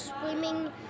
swimming